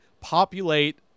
populate